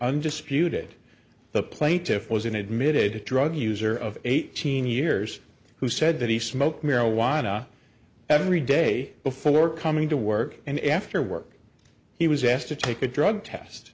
undisputed the plaintiff was an admitted drug user of eighteen years who said that he smoked marijuana every day before coming to work and after work he was asked to take a drug test